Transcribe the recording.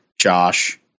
josh